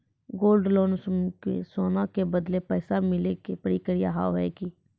Gold loan मे सोना के बदले पैसा मिले के प्रक्रिया हाव है की?